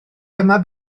dyma